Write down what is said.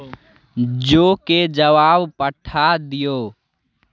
जोके जवाब पठा दिऔ